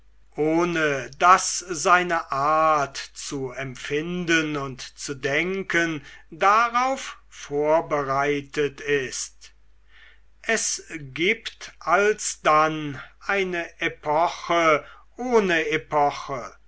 ohne daß seine art zu empfinden und zu denken darauf vorbereitet ist es gibt alsdann eine epoche ohne epoche